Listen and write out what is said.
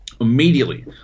Immediately